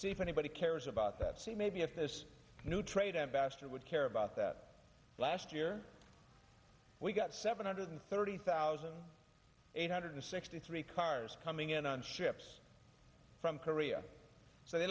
see if anybody cares about that see maybe if this new trade ambassador would care about that last year we got seven hundred thirty thousand eight hundred sixty three cars coming in on ships from korea so they